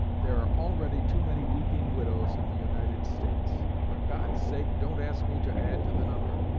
there are already too many weeping widows in the united states. for god's sake, don't ask me to add to the number,